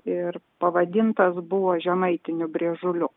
ir pavadintas žemaitiniu briežuliu